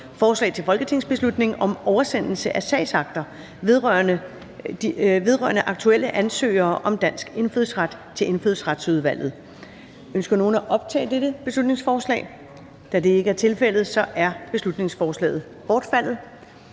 Forslag til folketingsbeslutning om oversendelse af sagsakter vedrørende aktuelle ansøgere om dansk indfødsret til Indfødsretsudvalget. (Beslutningsforslag nr. B 41). Ønsker nogen at optage dette beslutningsforslag? Da det ikke er tilfældet, er beslutningsforslaget bortfaldet.